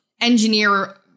engineer